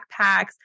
backpacks